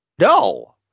No